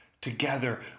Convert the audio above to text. together